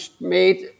made